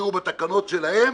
הגדירו בתקנות שלהם,